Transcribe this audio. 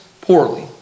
poorly